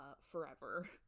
forever